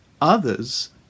others